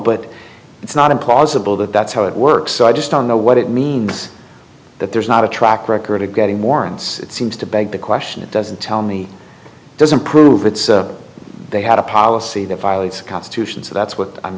but it's not impossible that that's how it works i just don't know what it means that there's not a track record of getting more and it seems to beg the question it doesn't tell me doesn't prove it's they had a policy that violates the constitution so that's what i'm